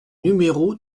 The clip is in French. numéro